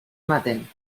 maten